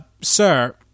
sir